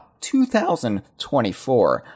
2024